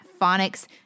Phonics